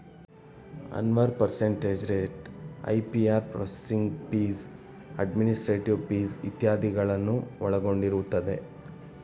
Anwar percentage rate, APR processing fees, administrative fees ಇತ್ಯಾದಿಗಳನ್ನು ಒಳಗೊಂಡಿರುತ್ತದೆ